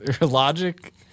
logic